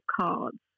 cards